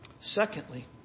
Secondly